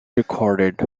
recorded